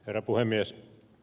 herra puhemies